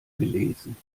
gelesen